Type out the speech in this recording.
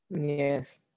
yes